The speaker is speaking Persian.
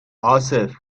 عاصف